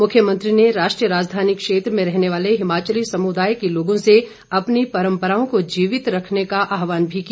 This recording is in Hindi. मुख्यमंत्री ने राष्ट्रीय राजधानी क्षेत्र में रहने वाले हिमाचली समुदाय के लोगों से अपनी परम्पराओं को जीवित रखने का आवाहन भी किया